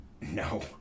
no